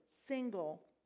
single